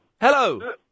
Hello